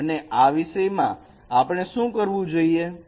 અને આ વિષયમાં આપણે શું કરવું જોઈએ